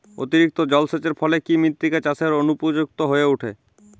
অতিরিক্ত জলসেচের ফলে কি মৃত্তিকা চাষের অনুপযুক্ত হয়ে ওঠে?